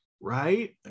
right